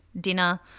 dinner